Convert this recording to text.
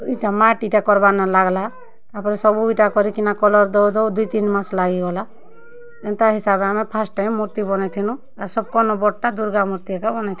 ଇ'ଟା ମାଏଟ୍ ଇ'ଟା କର୍ବାର୍ନେ ଲାଗ୍ଲା ତା'ର୍ପରେ ସବୁ ଇ'ଟା କରିକିନା କଲର୍ ଦେଉ ଦେଉ ଦୁଇ ତିନ୍ ମାସ୍ ଲାଗିଗଲା ଏନ୍ତା ହିସାବେ ଆମର୍ ଫାର୍ଷ୍ଟ୍ ଟାଇମ୍ ମୂର୍ତ୍ତି ବନେଇଥିଲୁଁ ସବକର୍ନୁ ବଡ଼୍ଟା ଦୁର୍ଗା ମୂର୍ତ୍ତି ଏକା ବନେଇଥିଲୁଁ